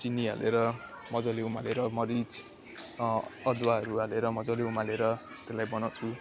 चिनी हालेर मजाले उमालेर मरिज अदुवाहरू हालेर मजाले उमालेर त्यसलाई बनाउँछु